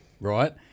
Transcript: right